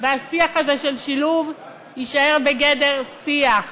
והשיח הזה, של שילוב, יישאר בגדר שיח,